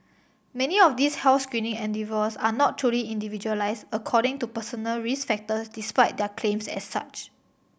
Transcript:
many of these health screening endeavours are not truly individualised according to personal risk factors despite their claims as such